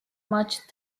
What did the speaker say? much